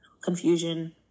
confusion